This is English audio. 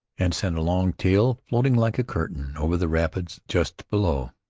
and sent a long tail floating like a curtain over the rapids just below.